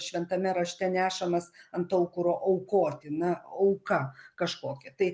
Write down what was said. šventame rašte nešamas ant aukuro aukoti na auka kažkokia tai